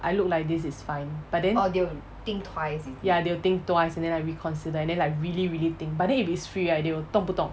I look like this is fine but then ya they will think twice and then like reconsider and then like really really think but then if it's free right they will 懂不懂